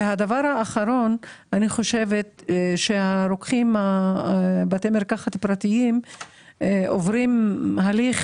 אני חושבת שבתי מרקחת פרטיים עוברים הליך